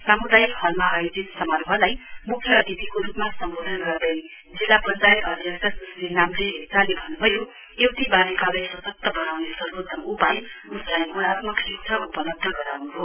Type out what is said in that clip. सामुदायिक हलमा आयोजित समारोहलाई मुख्य अतिथिको रुपमा सम्वोधन गर्दै जिल्ला पंचायत अध्यक्ष सुश्री नाम्डे लेप्चाले भन्नुभयो एउटी वालिकालाई सश्कत वनाउने सर्वोत्तम उपाय उसलाई गुणात्मक शिक्षा उपलब्ध गराउनु हो